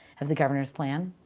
of the governor's plan.